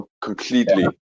completely